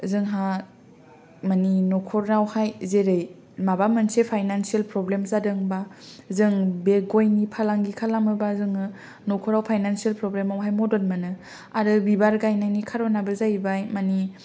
जोंहा मानि नखराव हाय जेरै माबा मोनसे फाइनानसियेल फ्रब्लेम जादोंबा जों बे गयनि फालांगि खालामोबा जोङो नखराव हाय फाइनानसियेल फ्रब्लेमआव हाय मदत मोनो आरो बिबार गायनायनि खार'नाबो जाहैबाय मानि